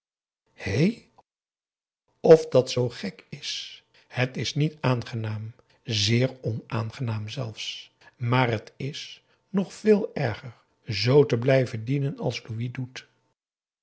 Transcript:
hé of dat zoo gek is het is niet aangenaam zeer onaangenaam zelfs maar t is nog veel erger zoo te blijven dienen als louis doet